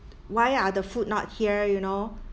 why are the food not here you know